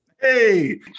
Hey